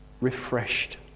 refreshed